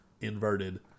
inverted